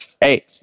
hey